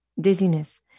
dizziness